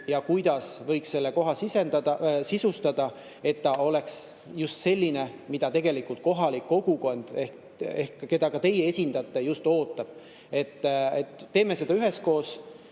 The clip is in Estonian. ja kuidas võiks selle koha sisustada, et ta oleks just selline, nagu kohalik kogukond, keda ka teie esindate, ootab. Teeme seda üheskoos,